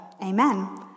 Amen